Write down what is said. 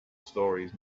stories